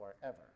Forever